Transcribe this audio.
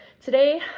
today